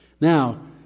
Now